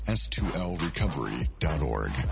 s2lrecovery.org